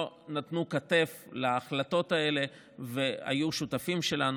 נתנו כתף להחלטות האלה והיו שותפים שלנו.